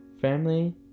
family